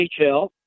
NHL